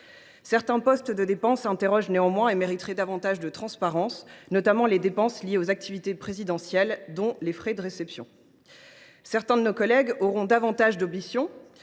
certains postes de dépense posent question et mériteraient davantage de transparence ; je pense notamment aux dépenses liées aux activités présidentielles, dont les frais de réception. Certains de nos collègues auront plus d’ambition